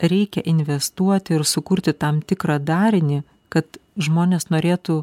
reikia investuoti ir sukurti tam tikrą darinį kad žmonės norėtų